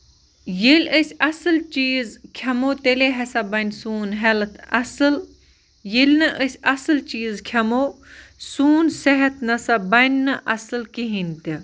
ییٚلہِ أسۍ اَصٕل چیٖز کھیٚو تیٚلے ہسا بَنہِ سون ہیٚلٕتھ اَصٕل ییٚلہِ نہٕ أسۍ اَصٕل چیٖز کھیٚمو سون صحت نہ سا بَنہِ نہٕ اَصٕل کِہیٖنۍ تہِ